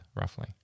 roughly